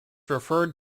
referred